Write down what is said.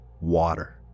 water